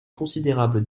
considérable